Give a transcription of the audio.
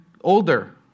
older